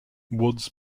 woods